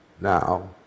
now